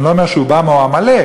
אני לא אומר שאובמה הוא עמלק,